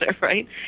right